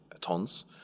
tons